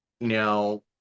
now